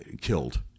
killed